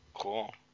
Cool